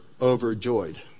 overjoyed